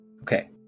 Okay